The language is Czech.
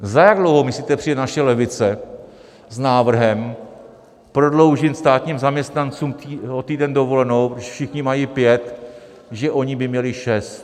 Za jak dlouho myslíte, že přijde naše levice s návrhem prodloužit státním zaměstnancům o týden dovolenou, když všichni mají pět, že oni by měli šest?